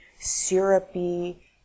syrupy